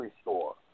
store